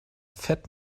fett